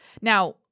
now